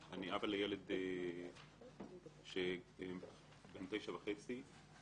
אני אבא לילד בן תשע וחצי.